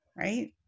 Right